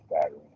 battery